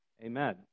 Amen